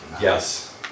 Yes